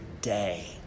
day